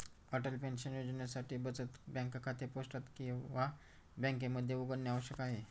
Atal pension योजनेसाठी बचत bank खाते पोस्टात किंवा बँकेमध्ये उघडणे आवश्यक आहे